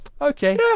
okay